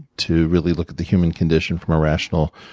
to really look at the human condition from a rational,